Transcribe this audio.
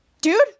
dude